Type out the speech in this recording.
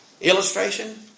Illustration